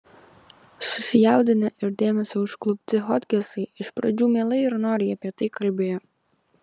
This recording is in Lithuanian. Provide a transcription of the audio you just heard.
susijaudinę ir dėmesio užklupti hodgesai iš pradžių mielai ir noriai apie tai kalbėjo